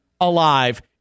alive